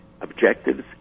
objectives